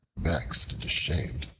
vexed and ashamed,